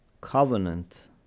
covenant